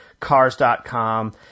cars.com